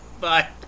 Bye